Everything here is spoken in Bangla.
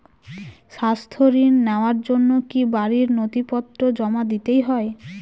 স্বাস্থ্য ঋণ নেওয়ার জন্য কি বাড়ীর নথিপত্র জমা দিতেই হয়?